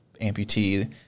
amputee